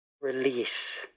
release